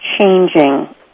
changing